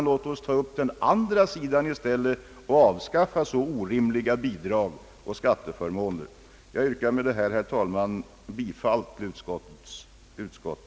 Låt oss i stället avskaffa orimliga bidrag och skatteförmåner. Jag yrkar med detta, herr talman, bifall till utskottets hemställan.